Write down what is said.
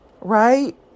right